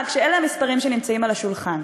כשאלה המספרים שנמצאים על השולחן?